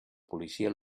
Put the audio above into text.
policia